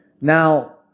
Now